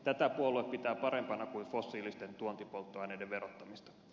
tätä puolue pitää parempana kuin fossiilisten tuontipolttoaineiden verottamista